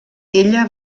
ella